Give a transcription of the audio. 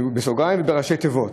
בסוגריים ובראשי תיבות,